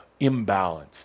imbalanced